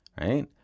right